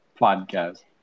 podcast